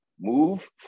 move